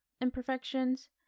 imperfections